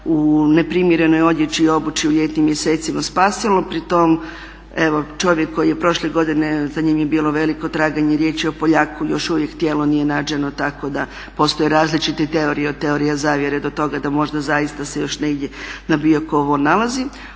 u neprimjerenoj odjeći i obući u ljetnim mjesecima spasilo. Pri tome evo čovjek koji je prošle godine, za njim je bilo veliko traganje, riječ je o Poljaku još uvijek tijelo nije nađeno tako da postoje različite teorije, od teorija zavjere do toga da možda zaista se još negdje na Biokovu on nalazi.